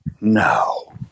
No